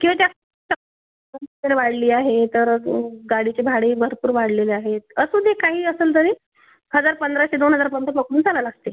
किंवा जास्त वाढली आहे तर गाडीचे भाडेही भरपूर वाढलेले आहेत असू दे काहीही असंल तरी हजार पंधराशे दोन हजारपर्यंत पकडून चाला लागते